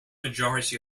majority